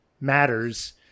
matters